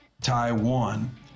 Taiwan